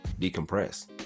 decompress